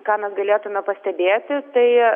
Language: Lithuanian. ką mes galėtume pastebėti tai